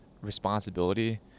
responsibility